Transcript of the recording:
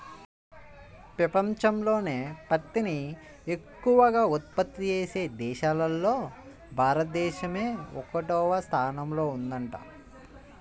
పెపంచంలోనే పత్తిని ఎక్కవగా ఉత్పత్తి చేసే దేశాల్లో భారతదేశమే ఒకటవ స్థానంలో ఉందంట